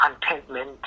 contentment